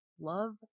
love